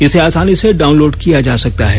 इसे आसानी से डाउनलोड किया जा सकता है